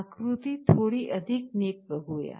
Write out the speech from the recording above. आकृती थोड़ी अधिक नीट बघू या